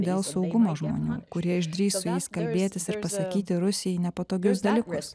dėl saugumo žmonių kurie išdrįs su jais kalbėtis ir pasakyti rusijai nepatogius dalykus